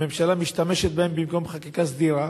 הממשלה משתמשת בהם במקום בחקיקה סדירה,